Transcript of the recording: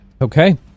Okay